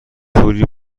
توری